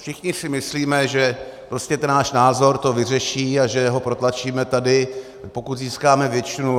Všichni si myslíme, že prostě ten náš názor to vyřeší a že ho protlačíme tady, pokud získáme většinu.